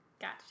Gotcha